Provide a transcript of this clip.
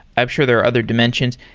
i'm sure there are other dimensions.